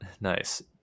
Nice